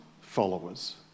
followers